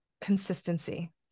consistency